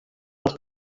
los